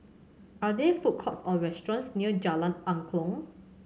are there food courts or restaurants near Jalan Angklong